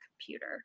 computer